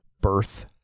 birth